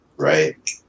Right